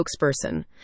spokesperson